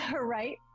Right